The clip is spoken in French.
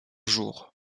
jour